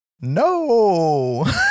no